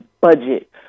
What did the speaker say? budget